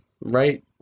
right